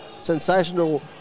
sensational